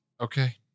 Okay